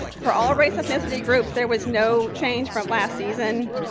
for all race ethnicity groups there was no change from last season.